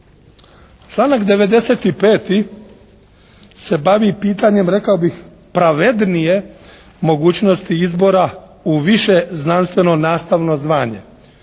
Članak 95. se bavi pitanjem rekao bih pravednije mogućnosti izbora u više znanstveno nastavno zvanje.